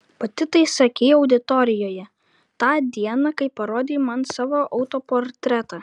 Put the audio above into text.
pati tai sakei auditorijoje tą dieną kai parodei man savo autoportretą